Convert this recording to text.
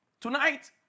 Tonight